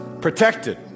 protected